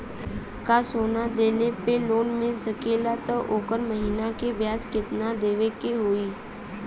का सोना देले पे लोन मिल सकेला त ओकर महीना के ब्याज कितनादेवे के होई?